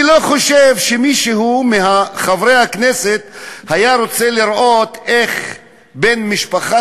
אני לא חושב שמישהו מחברי הכנסת היה רוצה לראות איך בן-משפחה